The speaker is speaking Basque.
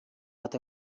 bat